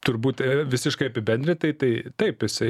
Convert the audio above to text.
turbūt visiškai apibendrintai tai taip jisai